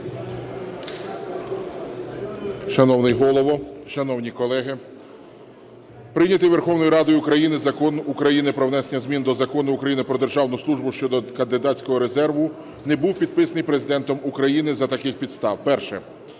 Шановний Голово, шановні колеги! Прийнятий Верховною Радою України Закон України "Про внесення змін до Закону України "Про державну службу" щодо кандидатського резерву" не був підписаний Президентом України за таких підстав. Перше.